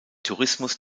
tourismus